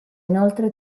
inoltre